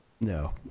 No